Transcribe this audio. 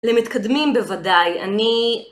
למתקדמים בוודאי, אני...